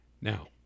Now